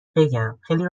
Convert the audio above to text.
بگم، خیلی